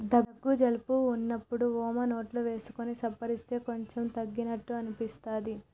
దగ్గు జలుబు వున్నప్పుడు వోమ నోట్లో వేసుకొని సప్పరిస్తే కొంచెం తగ్గినట్టు అనిపిస్తది